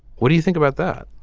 what do you think about that.